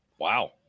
Wow